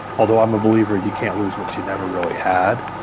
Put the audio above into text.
although i'm a believer you can't lose what you never really had